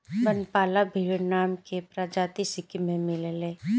बनपाला भेड़ नाम के प्रजाति सिक्किम में मिलेले